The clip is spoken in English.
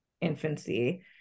infancy